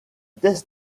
test